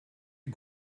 you